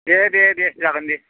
दे दे दे जागोन दे